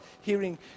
hearing